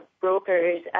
brokers